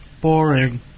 Boring